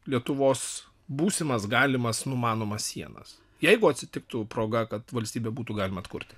lietuvos būsimas galimas numanomas sienas jeigu atsitiktų proga kad valstybę būtų galima atkurti